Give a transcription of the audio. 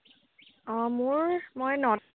অঁ মোৰ মই নট